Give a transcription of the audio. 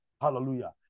hallelujah